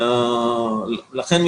לכן,